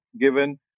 given